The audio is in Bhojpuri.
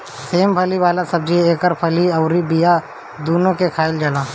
सेम फली वाला सब्जी ह एकर फली अउरी बिया दूनो के खाईल जाला